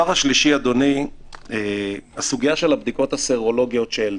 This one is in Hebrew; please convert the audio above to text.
הסוגייה של הבדיקות הסרולוגיות שעלתה.